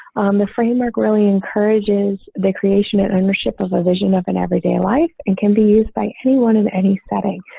the framework really encourages the creation and ownership of a vision of an everyday life and can be used by anyone in any setting.